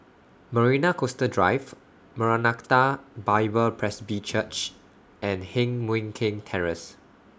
Marina Coastal Drive Maranatha Bible Presby Church and Heng Mui Keng Terrace